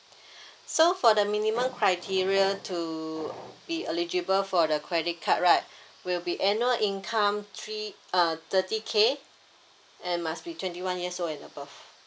so for the minimum criteria to be eligible for the credit card right will be annual income three uh thirty K and must be twenty one years old and above